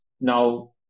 Now